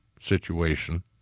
situation